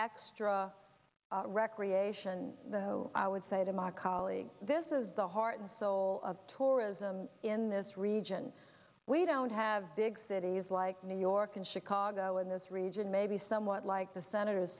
extra recreation though i would say to my colleagues this is the heart and soul of tourism in this region we don't have big cities like new york and chicago and this region maybe somewhat like the senator